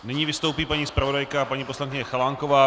Nyní vystoupí paní zpravodajka paní poslankyně Chalánková.